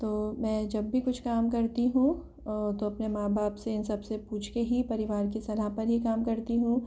तो मैं जब भी कुछ काम करती हूँ तो अपने मां बाप से इन सब से पूछ के ही परिवार की सलाह पर ही काम करती हूँ